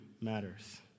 matters